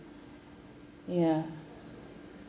ya